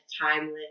timeless